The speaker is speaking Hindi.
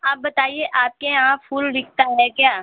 आप बताइए आपके यहाँ फूल बिकता है क्या